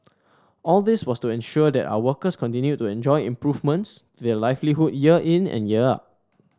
all this was to ensure that our workers continued to enjoy improvements to their livelihood year in and year out